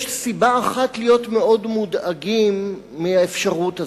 יש סיבה אחת להיות מודאגים מאוד מהאפשרות הזאת,